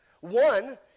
One